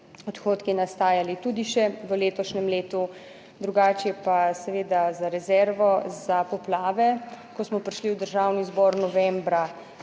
odhodki nastajali tudi še v letošnjem letu. Drugače pa seveda za rezervo za poplave, ko smo prišli v Državni zbor novembra,